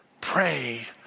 Pray